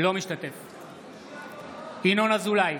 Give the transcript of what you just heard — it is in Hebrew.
אינו משתתף בהצבעה ינון אזולאי,